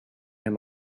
him